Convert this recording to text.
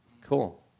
Cool